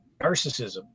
narcissism